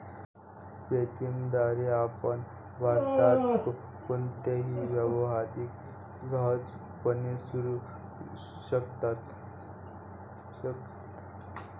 Paytm द्वारे आपण भारतात कोणताही व्यवहार सहजपणे करू शकता